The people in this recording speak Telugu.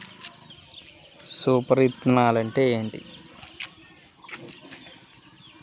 సూపర్ విత్తనాలు అంటే ఏమిటి?